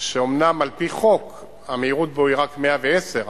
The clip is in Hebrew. שאומנם על-פי חוק המהירות בו היא רק 110,